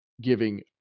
giving